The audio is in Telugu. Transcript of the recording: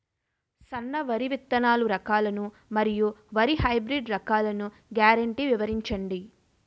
సన్న వరి విత్తనాలు రకాలను మరియు వరి హైబ్రిడ్ రకాలను గ్యారంటీ వివరించండి?